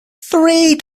three